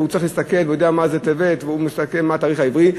והוא צריך להסתכל והוא יודע מה זה טבת והוא מסתכל מה התאריך העברי,